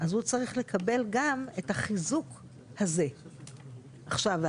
אני רוצה להזכיר שתיקון מס' 8 הסדיר פחות או